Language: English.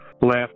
left